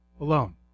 alone